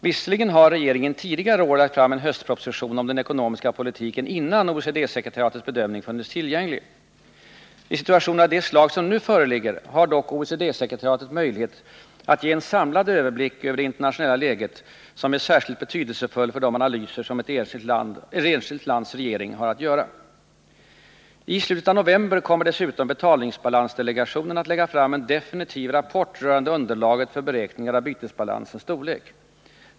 Visserligen har regeringen tidigare år lagt fram en höstproposition om den ekonomiska politiken innan OECD-sekretariatets bedömning funnits tillgänglig. I situationer av det slag som nu föreligger har dock OECD sekretariatet möjlighet att ge en samlad överblick över det internationella läget som är särskilt betydelsefullt för de analyser som ett enskilt lands regering har att göra. I slutet av november kommer dessutom betalningsbalansdelegationen att lägga fram en definitiv rapport rörande underlaget för beräkningar av bytesbalansens storlek.